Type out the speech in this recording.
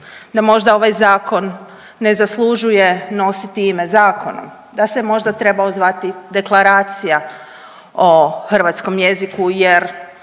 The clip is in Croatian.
da možda ovaj zakon ne zaslužuje nositi ime zakon, da se možda trebao zvati Deklaracija o hrvatskom jeziku jer